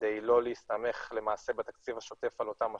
כדי לא להסתמך למעשה בתקציב השוטף על אותם משאבים.